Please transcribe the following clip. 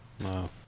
Wow